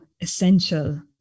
essential